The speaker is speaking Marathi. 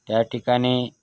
त्या ठिकाणी